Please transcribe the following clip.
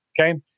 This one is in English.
okay